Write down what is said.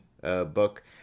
book